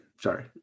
Sorry